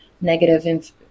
negative